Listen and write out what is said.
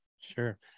Sure